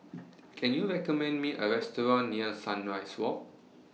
Can YOU recommend Me A Restaurant near Sunrise Walk